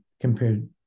compared